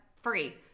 free